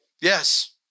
Yes